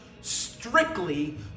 strictly